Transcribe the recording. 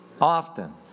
often